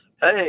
Hey